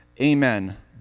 Amen